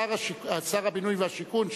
שר הבינוי והשיכון,